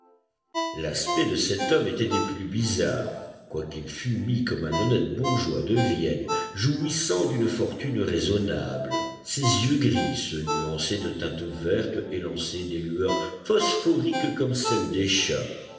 l'aspect de cet homme était des plus bizarres quoiqu'il fût mis comme un honnête bourgeois de vienne jouissant d'une fortune raisonnable ses yeux gris se nuançaient de teintes vertes et lançaient des lueurs phosphoriques comme celles des chats